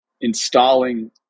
installing